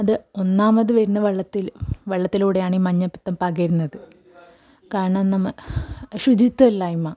അത് ഒന്നാമത് വരുന്നത് വെള്ളത്തിൽ വെള്ളത്തിലൂടെയാണ് ഈ മഞ്ഞപ്പിത്തം പകരുന്നത് കാരണം നമ്മൾ ശുചിത്വമില്ലായ്മ